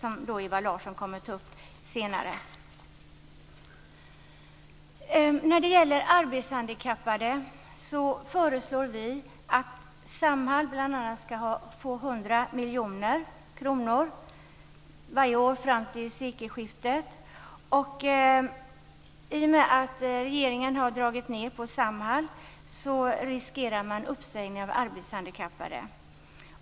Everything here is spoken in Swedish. Vi föreslår dessutom vad gäller handikappade bl.a. att Samhall skall få 100 miljoner kronor varje år fram till sekelskiftet. I och med att regeringen har dragit ned på Samhall riskerar man att det blir uppsägningar av arbetshandikappade.